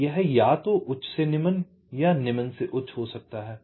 तो यह या तो उच्च से निम्न या निम्न से उच्च हो सकता है